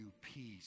peace